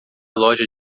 loja